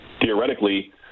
theoretically